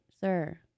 sir